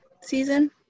season